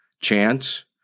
chance